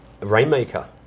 Rainmaker